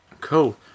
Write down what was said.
cool